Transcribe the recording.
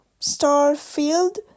Starfield